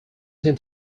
teen